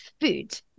food